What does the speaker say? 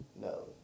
no